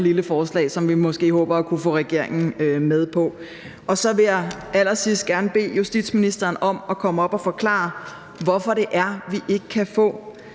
lille forslag, som vi måske håber at kunne få regeringen med på. Og så vil jeg til allersidst gerne bede justitsministeren om at komme op og forklare, hvorfor det er, vi ikke kan få